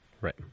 right